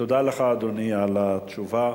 תודה לך, אדוני, על התשובה.